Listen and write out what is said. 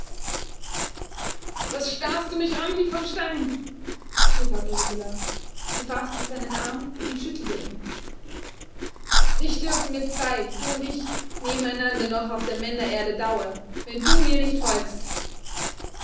was starrst du mich an wie von stein schrie frau gisela sie faßte seinen arm und schüttelte ihn nicht dürfen wir zwei du und ich nebeneinander noch auf der männererde dauern wenn du mir nicht folgst